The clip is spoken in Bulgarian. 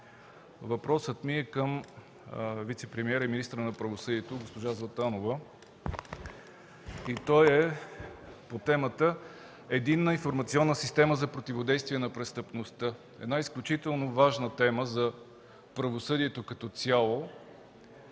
Въпросът ми е към вицепремиера и министър на правосъдието госпожа Златанова и е по темата Единна информационна система за противодействие на престъпността. Една изключително важна тема за правосъдието като цяло.